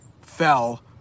fell